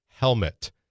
helmet